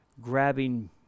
grabbing